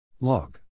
log